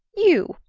you.